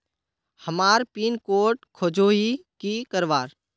हमार pin code खोजोही की करवार?